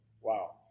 Wow